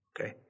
Okay